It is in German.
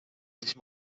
sich